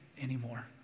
anymore